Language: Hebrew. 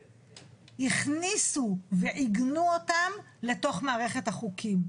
הכניסו ועיגנו אותם לתוך מערכת החוקים.